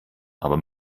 aber